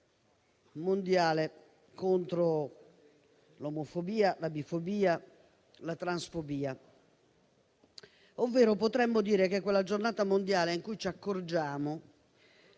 mondiale contro l'omofobia, la bifobia e la transfobia. Ovvero potremmo dire che è la giornata mondiale in cui ci accorgiamo